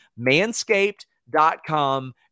Manscaped.com